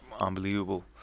unbelievable